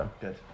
good